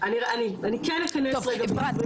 בואי אפרת, אנחנו נשב על זה אחר כך אני ואת.